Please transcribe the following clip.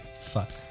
Fuck